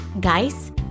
Guys